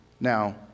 Now